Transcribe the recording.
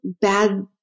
bad